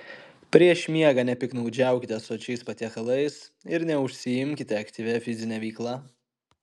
prieš miegą nepiktnaudžiaukite sočiais patiekalais ir neužsiimkite aktyvia fizine veikla